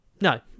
No